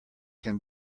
can